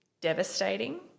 devastating